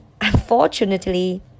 unfortunately